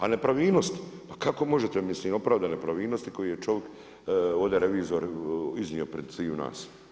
A nepravilnosti pa kako možete, mislim opravdat nepravilnosti koje je čovik, ovde revizor iznio pred sviju nas.